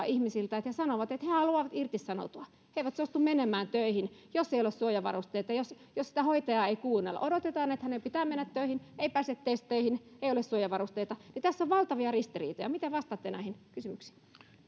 ihmisiltä jotka sanovat että he haluavat irtisanoutua he eivät suostu menemään töihin jos ei ole suojavarusteita ja jos sitä hoitajaa ei kuunnella hänen odotetaan menevän töihin mutta ei pääse testeihin ei ole suojavarusteita tässä on valtavia ristiriitoja miten vastaatte näihin kysymyksiin